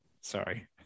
Sorry